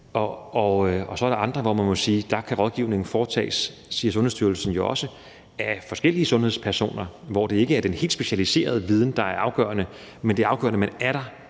og så er der andre, hvor man må sige, at der kan rådgivningen foretages af forskellige sundhedspersoner – det siger Sundhedsstyrelsen jo også – hvor det ikke er den helt specialiserede viden, der er afgørende. Men det er afgørende, at man er der,